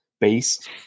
based